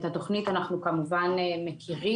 את התכנית אנחנו כמובן מכירים,